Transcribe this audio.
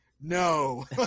no